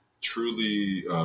truly